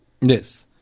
Yes